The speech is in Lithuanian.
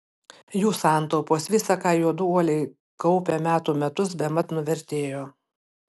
jų santaupos visa ką juodu uoliai kaupė metų metus bemat nuvertėjo